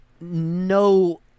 no